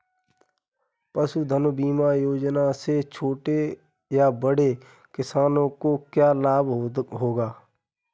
पशुधन बीमा योजना से छोटे या बड़े किसानों को क्या लाभ होगा?